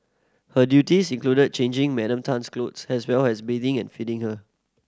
her duties included changing Madam Tan's clothes as well as bathing and feeding her